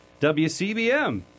WCBM